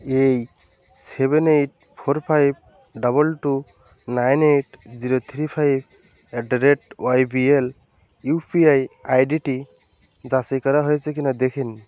এই seven eight four five double two nine eight zero three five at the rate YBL UPI আইডিটি যাচাই করা হয়েছে কিনা দেখে নিন